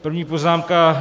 První poznámka.